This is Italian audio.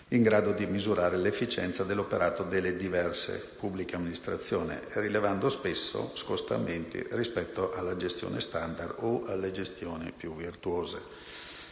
in grado di misurare l'efficienza dell'operato delle diverse pubbliche amministrazioni, rilevando scostamenti rispetto alla gestione *standard* o alle gestioni più virtuose.